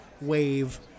wave